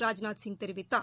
ராஜ்நாத் சிங் தெரிவித்தார்